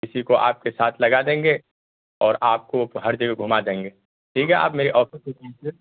کسی کو آپ کے ساتھ لگا دیں گے اور آپ کو ہر جگہ گھما دیں گے ٹھیک ہے آپ میرے آفس میں ملیے